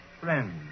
friends